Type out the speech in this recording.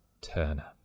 Turner